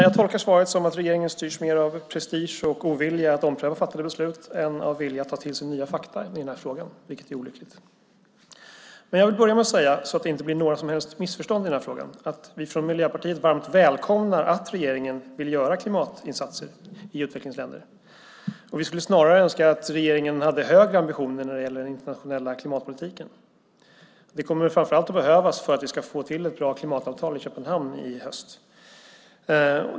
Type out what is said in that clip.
Jag tolkar svaret som att regeringen styrs mer av prestige och ovilja att ompröva fattade beslut än av vilja att ta till sig nya fakta i den här frågan, vilket är olyckligt. Men jag vill börja med att säga, så att det inte blir några som helst missförstånd i den här frågan, att vi från Miljöpartiet varmt välkomnar att regeringen vill göra klimatinsatser i utvecklingsländer. Vi skulle snarare önska att regeringen hade högre ambitioner när det gäller den internationella klimatpolitiken. Det kommer framför allt att behövas för att vi ska få till ett bra klimatavtal i Köpenhamn i höst.